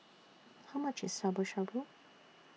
How much IS Shabu Shabu